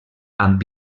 amb